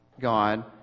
God